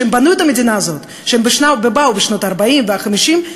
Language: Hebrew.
שבנו את המדינה הזאת ובאו בשנות ה-40 וה-50,